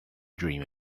dream